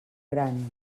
gran